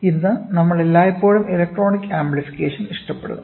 ഇന്ന് നമ്മൾ എല്ലായ്പ്പോഴും ഇലക്ട്രോണിക് ആംപ്ലിഫിക്കേഷൻ ഇഷ്ടപ്പെടുന്നു